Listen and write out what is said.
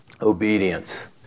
obedience